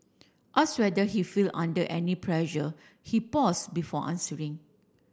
ask whether he feel under any pressure he pause before answering